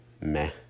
meh